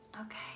Okay